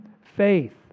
faith